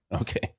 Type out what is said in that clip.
Okay